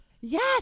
Yes